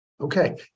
Okay